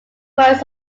words